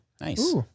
Nice